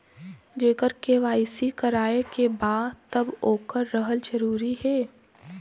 जेकर के.वाइ.सी करवाएं के बा तब ओकर रहल जरूरी हे?